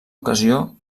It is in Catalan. ocasió